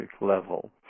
level